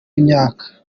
imyaka